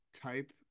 type